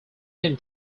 him